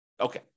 Okay